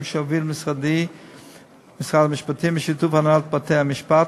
שהוביל משרד המשפטים בשיתוף הנהלת בתי-המשפט,